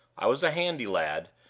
i was a handy lad,